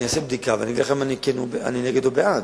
אני אעשה בדיקה ואני אגיד לך אם אני נגד או בעד.